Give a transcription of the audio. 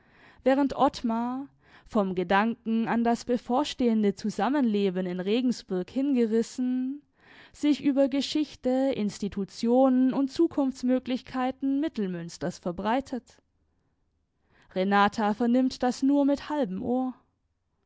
während ottmar vom gedanken an das bevorstehende zusammenleben in regensburg hingerissen sich über geschichte institutionen und zukunftsmöglichkeiten mittelmünsters verbreitet renata vernimmt das nur mit halbem ohr